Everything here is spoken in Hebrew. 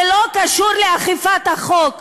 זה לא קשור לאכיפת החוק.